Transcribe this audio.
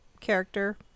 character